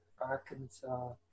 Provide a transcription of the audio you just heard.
Arkansas